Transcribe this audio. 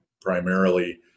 primarily